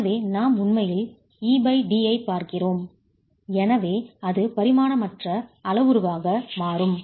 எனவே நாம் உண்மையில் ed ஐப் பார்க்கிறோம் எனவே அது பரிமாணமற்ற அளவுருவாக மாறும்